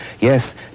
Yes